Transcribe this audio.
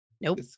nope